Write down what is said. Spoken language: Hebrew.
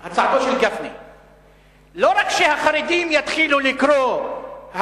לא רק שהחרדים יתחילו לקרוא,